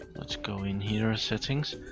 let's go in here, ah settings.